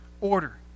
order